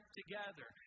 together